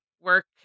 work